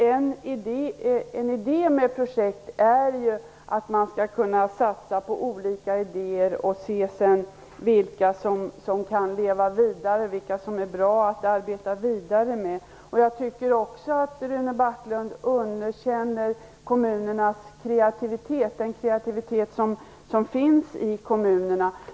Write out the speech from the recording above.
En tanke med projektverksamheten är ju att man skall kunna satsa på olika idéer och sedan se vilka som är bra att arbeta vidare med. Jag tycker också att Rune Backlund underkänner den kreativitet som finns i kommunerna.